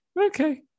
okay